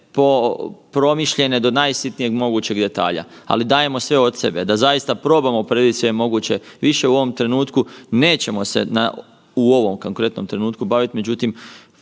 promišljene do najsitnijeg mogućeg detalja, ali dajemo sve od sebe da zaista probamo predvidjet sve moguće više u ovom trenutku, nećemo se u ovom konkretnom trenutku bavit. Međutim,